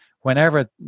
whenever